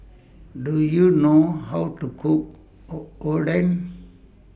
Do YOU know How to Cook Oden